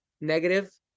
negative